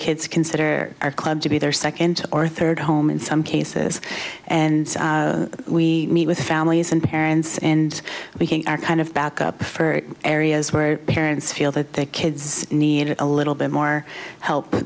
kids consider our club to be their second or third home in some cases and we meet with families and parents and we are kind of backup for areas where parents feel that their kids need a little bit more help